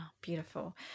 Beautiful